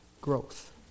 growth